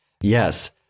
Yes